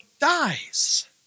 dies